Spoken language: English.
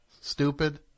Stupid